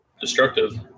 destructive